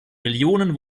millionen